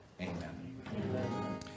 Amen